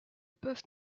peuvent